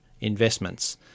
investments